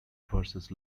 verses